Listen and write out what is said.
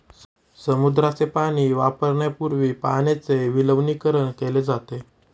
समुद्राचे पाणी वापरण्यापूर्वी पाण्याचे विलवणीकरण केले जाते